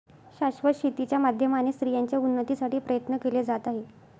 शाश्वत शेती च्या माध्यमाने स्त्रियांच्या उन्नतीसाठी प्रयत्न केले जात आहे